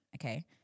Okay